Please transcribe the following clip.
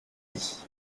dit